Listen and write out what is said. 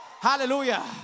Hallelujah